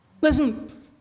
listen